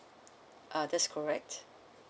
uh that's correct